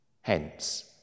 Hence